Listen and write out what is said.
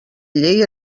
llei